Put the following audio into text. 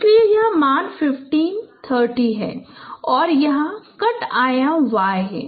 इसलिए यह मान 15 30 है और यहां कट आयाम y है